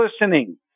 listening